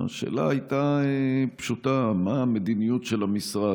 השאלה הייתה פשוטה: מה המדיניות של המשרד.